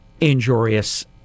injurious